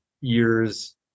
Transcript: years